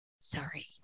sorry